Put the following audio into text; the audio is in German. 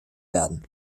werden